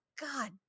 God